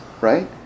right